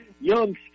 young